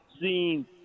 seen